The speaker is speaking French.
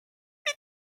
est